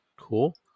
cool